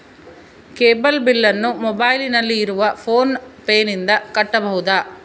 Cable ಬಿಲ್ಲನ್ನು ಮೊಬೈಲಿನಲ್ಲಿ ಇರುವ ಫೋನ್ ಪೇನಿಂದ ಕಟ್ಟಬಹುದಾ?